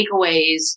takeaways